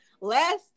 last